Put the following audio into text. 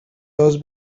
dos